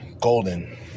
golden